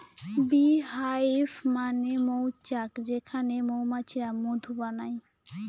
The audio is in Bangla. বী হাইভ মানে মৌচাক যেখানে মৌমাছিরা মধু বানায়